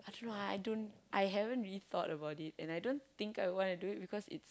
I don't know I don't I haven't really thought about it and I don't think I wanna do it because it's